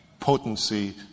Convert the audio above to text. potency